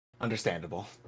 Understandable